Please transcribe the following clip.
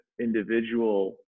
individual